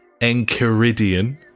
Enchiridion